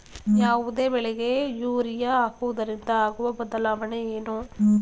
ಯಾವುದೇ ಬೆಳೆಗೆ ಯೂರಿಯಾ ಹಾಕುವುದರಿಂದ ಆಗುವ ಬದಲಾವಣೆ ಏನು?